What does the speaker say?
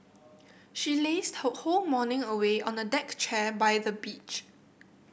she lazed her whole morning away on a deck chair by the beach